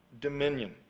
dominion